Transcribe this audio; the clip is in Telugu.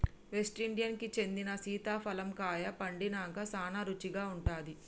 వెస్టిండీన్ కి చెందిన సీతాఫలం కాయ పండినంక సానా రుచిగా ఉంటాది